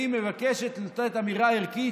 והיא מבקשת לתת אמירה ערכית,